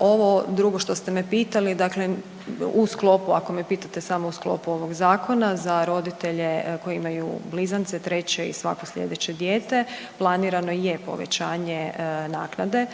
Ovo drugo što ste me pitali dakle u sklopu, ako me pitate samo u sklopu ovog zakona za roditelje koji imaju blizance, treće i svako slijedeće dijete planirano je povećanje naknade.